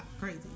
Crazy